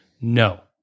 No